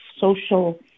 social